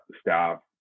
staff